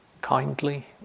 kindly